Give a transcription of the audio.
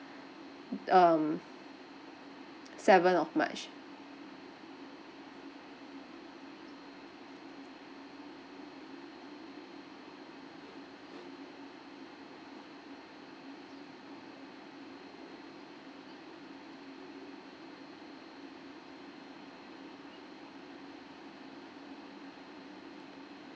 um seven of march